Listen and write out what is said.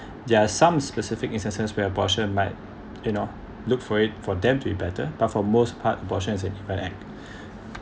there are some specific instances where abortion might you know look for it for them to be better but for most part abortion impact